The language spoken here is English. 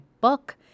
book